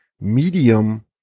medium